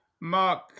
Mark